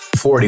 Forty